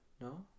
no